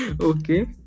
okay